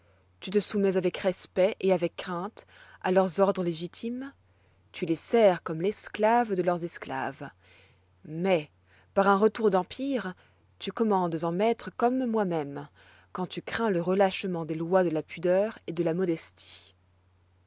tu te soumets avec respect et avec crainte à leurs ordres légitimes tu les sers comme l'esclave de leurs esclaves mais par un retour d'empire tu commandes en maître comme moi-même quand tu crains le relâchement des lois de la pudeur et de la modestie